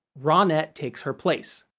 ronette takes her place.